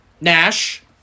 Nash